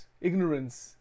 ignorance